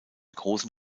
großen